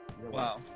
Wow